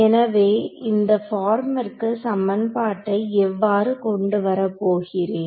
எனவே இந்த பார்ம்மிற்கு சமன்பாட்டை எவ்வாறு கொண்டு வரப் போகிறேன்